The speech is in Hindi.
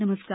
नमस्कार